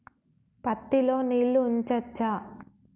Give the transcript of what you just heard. పత్తి లో నీళ్లు ఉంచచ్చా?